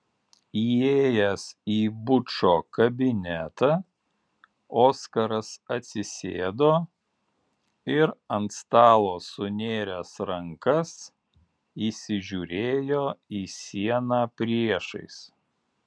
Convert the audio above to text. įėjęs į bučo kabinetą oskaras atsisėdo ir ant stalo sunėręs rankas įsižiūrėjo į sieną priešais